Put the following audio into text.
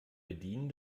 bedienen